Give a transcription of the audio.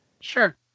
sure